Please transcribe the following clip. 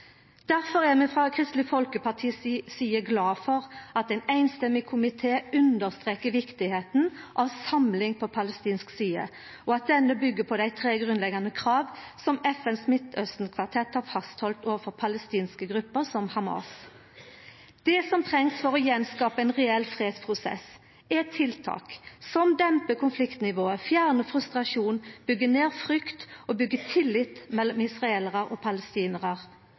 er vi frå Kristeleg Folkeparti si side glade for at ein samrøystes komité understrekar kor viktig det er med ei samling på palestinsk side, og at denne samlinga byggjer på dei tre grunnleggjande krava som FNs Midtausten-kvartett har halde fast overfor palestinske grupper som Hamas. Det som trengst for å gjenskapa ein reell fredsprosess, er tiltak som dempar konfliktnivået, fjernar frustrasjon, byggjer ned frykt og byggjer tillit mellom israelarar og